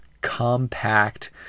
compact